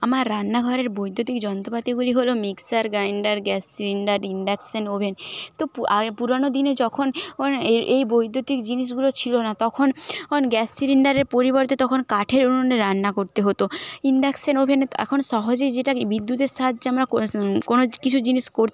আমার রান্নাঘরের বৈদ্যুতিক যন্ত্রপাতিগুলি হল mixer grinder gas cylinder induction oven তো পুরনো দিনে যখন এই এই বৈদ্যুতিক জিনিসগুলো ছিলনা তখন গ্যাস সিলিন্ডারের পরিবর্তে তখন কাঠের উনুনে রান্না করতে হত ইন্ডাক্সান ওভেন এখন সহজে যেটা বিদ্যুতের সাহায্যে আমরা কোনো কিছু জিনিস